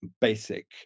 basic